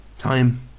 time